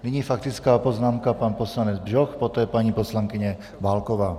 Nyní faktická poznámka, pan poslanec Bžoch, poté paní poslankyně Válková.